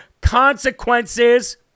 consequences